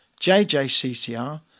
JJCCR